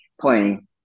playing